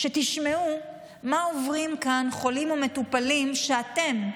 שתשמעו מה עוברים כאן חולים ומטופלים שאתם,